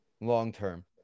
long-term